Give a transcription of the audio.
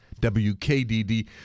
WKDD